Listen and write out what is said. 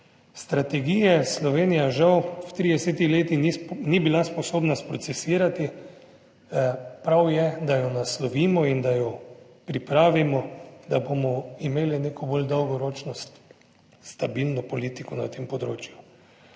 Strategije Slovenija žal v 30 letih ni bila sposobna sprocesirati. Prav je, da jo naslovimo in da jo pripravimo, da bomo imeli neko bolj dolgoročno stabilno politiko na tem področju.